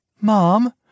Mom